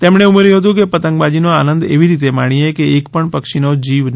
તેમણે ઉમેર્યું હતું કે પતંગબાજીનો આનંદ એવી રીતે માણીએ કે એકપણ પક્ષીનો જીવ ના જાય